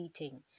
eating